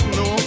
no